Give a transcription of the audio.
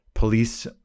Police